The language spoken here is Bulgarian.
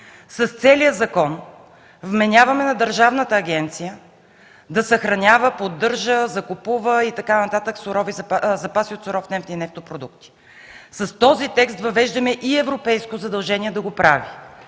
С целия закон вменяваме на държавната агенция да съхранява, поддържа, закупува и така нататък запаси от суров нефт и нефтопродукти. С този текст въвеждаме и европейско задължение да го прави,